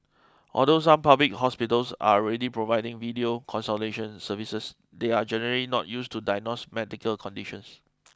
although some public hospitals are already providing video consultation services they are generally not used to diagnose medical conditions